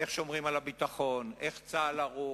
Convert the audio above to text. איך שומרים על הביטחון, איך צה"ל ערוך.